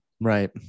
Right